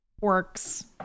works